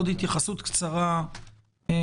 הצעה לסדר.